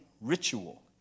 ritual